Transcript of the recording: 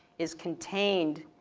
is contained,